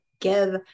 give